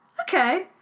okay